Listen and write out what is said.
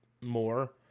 more